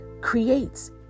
creates